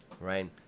right